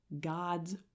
God's